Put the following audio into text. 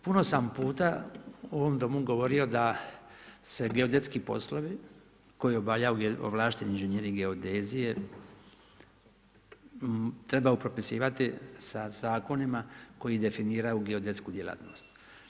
Puno sam puta u ovom domu govorio da se geodetski poslovi koje obavljaju ovlašteni inženjeri geodezije trebaju propisivati sa zakonima koji definiraju geodetsku djelatnost.